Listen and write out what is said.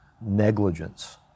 negligence